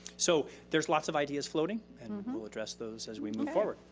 so there's lots of ideas floating. and we'll address those as we move forward.